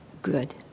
good